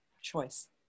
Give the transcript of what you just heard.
choice